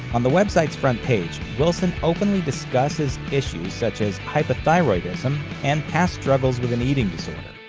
on the website's front page, wilson openly discusses issues such as hypothyroidism and past struggles with an eating disorder.